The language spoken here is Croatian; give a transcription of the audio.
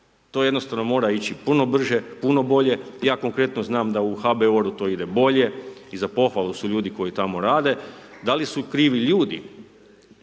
To jednostavno mora ići puno brže, puno bolje, ja konkretno znam da u HBOR-u to ide bolje i za pohvalu su ljudi koji tamo rade, da li su krivi ljudi,